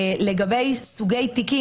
לגבי סוגי תיקים,